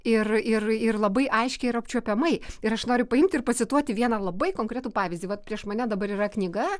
ir ir ir labai aiškiai ir apčiuopiamai ir aš noriu paimt ir pacituoti vieną labai konkretų pavyzdį vat prieš mane dabar yra knyga